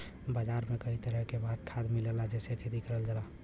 बाजार में कई तरह के खाद मिलला जेसे खेती करल जाला